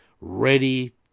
ready